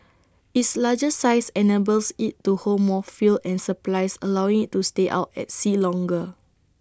its larger size enables IT to hold more fuel and supplies allowing IT to stay out at sea longer